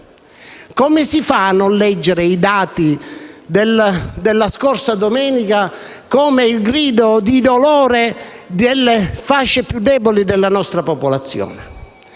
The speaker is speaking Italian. Come si fa a non leggere i dati della scorsa domenica come il grido di dolore delle fasce più deboli della nostra popolazione?